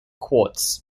quartz